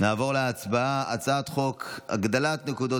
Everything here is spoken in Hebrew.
נעבור להצבעה על הצעת חוק הגדלת נקודות